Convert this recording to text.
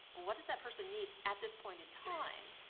well what does that person need at this point in time,